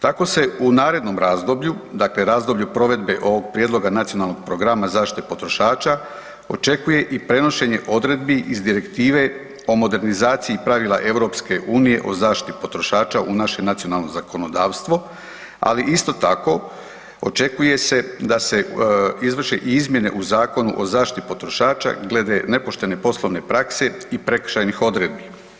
Tako se u narednom razdoblju, dakle razdoblju provedbe ovog Prijedlog Nacionalnog programa zaštite potrošača očekuje i prenošenje odredbi iz Direktive o modernizaciji pravila EU o zaštiti potrošača u naše nacionalno zakonodavstvo, ali isto tako očekuje se da se izvrše i izmjene u Zakonu o zaštiti potrošača glede nepoštene poslovne prakse i prekršajnih odredbi.